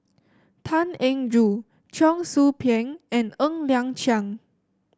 Tan Eng Joo Cheong Soo Pieng and Ng Liang Chiang